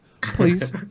please